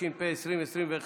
התשפ"א 2021,